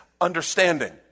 Understanding